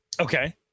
Okay